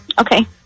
Okay